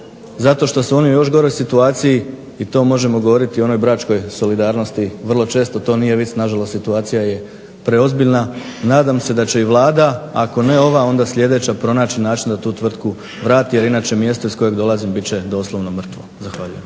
zato što su one u još goroj situaciji, i to možemo govoriti o onoj bračkoj solidarnosti, vrlo često to nije vic, na žalost situacija je preozbiljna. Nadam se da će i Vlada, ako ne ova, onda sljedeća pronaći način da tu tvrtku vrati, jer inače mjesto iz kojeg dolazim bit će doslovno mrtvo. Zahvaljujem.